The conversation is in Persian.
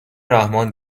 رحمان